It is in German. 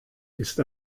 ist